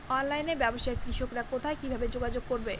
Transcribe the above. অনলাইনে ব্যবসায় কৃষকরা কোথায় কিভাবে যোগাযোগ করবে?